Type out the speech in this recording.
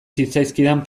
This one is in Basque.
zitzaizkidan